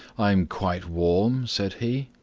i'm quite warm, said he,